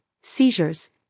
seizures